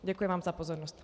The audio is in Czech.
Děkuji vám za pozornost.